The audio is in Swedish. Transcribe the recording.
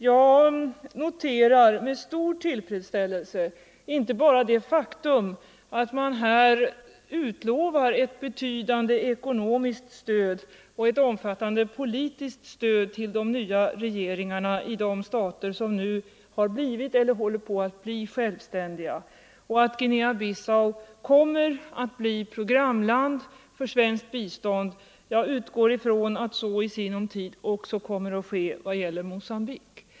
Jag noterar med stor tillfredsställelse, inte bara det faktum att man utlovar ett betydande ekonomiskt och ett omfattande politiskt stöd till de nya regeringarna i de stater som nu har blivit eller håller på att bli självständiga, utan också att Guinea-Bissau kommer att bli programland för svenskt bistånd. Jag utgår från att så i sinom tid också kommer att ske vad gäller Mogambique.